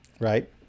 Right